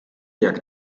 jak